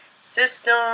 system